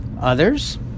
others